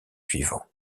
suivant